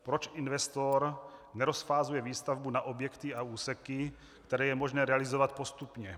Proč investor nerozfázuje výstavbu na objekty a úseky, které je možné realizovat postupně?